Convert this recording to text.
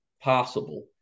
possible